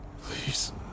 please